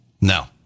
No